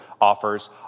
offers